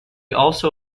also